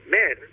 men